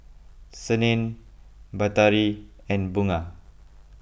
Senin Batari and Bunga